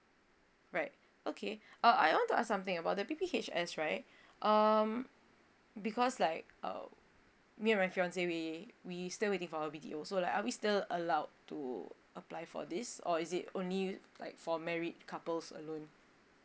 right okay uh I want to ask something about the P_P_H_S right um because like uh me and my fiancee we we still waiting for our B_T_O so like are we still allowed to apply for this or is it only like for married couples alone